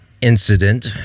incident